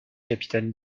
capitaine